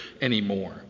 anymore